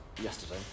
yesterday